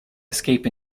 escape